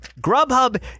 Grubhub